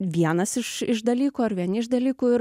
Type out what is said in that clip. vienas iš iš dalykų ar vieni iš dalykų ir